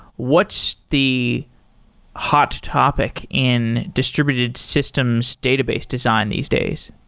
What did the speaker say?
what's the hot topic in distributed systems database design these days?